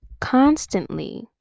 constantly